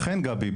אכן גבי,